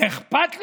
אכפת לו?